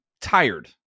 tired